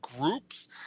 groups